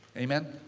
amen.